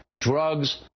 drugs